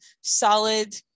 solid